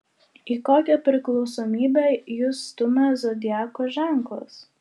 į kokią priklausomybę jus stumia zodiako ženklas